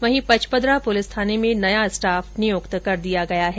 वहीं पचपदरा पुलिस थाने में नया स्टाफ नियुक्त कर दिया गया है